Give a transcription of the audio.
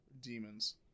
demons